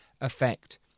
effect